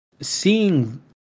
Seeing